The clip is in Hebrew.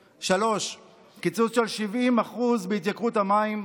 3. קיצוץ של 70% בהתייקרות המים,